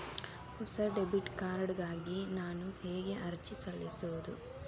ಹೊಸ debit card ಗಾಗಿ ನಾನು ಹೇಗೆ ಅರ್ಜಿ ಸಲ್ಲಿಸುವುದು?